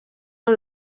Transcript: amb